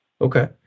okay